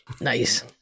Nice